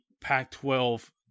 Pac-12